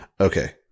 Okay